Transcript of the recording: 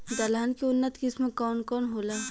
दलहन के उन्नत किस्म कौन कौनहोला?